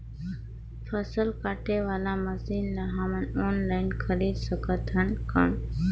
फसल काटे वाला मशीन ला हमन ऑनलाइन खरीद सकथन कौन?